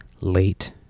late